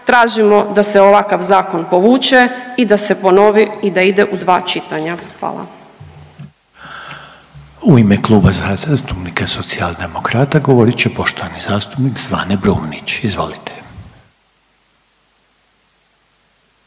tražimo da se ovakav zakon povuče i da se ponovi i da ide u dva čitanja. Hvala. **Reiner, Željko (HDZ)** U ime Kluba zastupnika Socijaldemokrata govorit će poštovani zastupnik Zvane Brumnić. Izvolite.